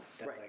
Right